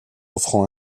offrant